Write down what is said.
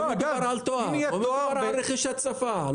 לא מדובר על רכישת שפה.